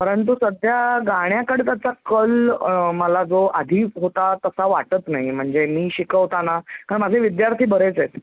परंतु सध्या गाण्याकडे त्याचा कल मला जो आधी होता तसा वाटत नाही म्हणजे मी शिकवताना कारण माझे विद्यार्थी बरेच आहेत